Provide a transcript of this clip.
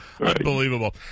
unbelievable